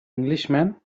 englishman